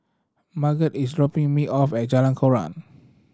Margot is dropping me off at Jalan Koran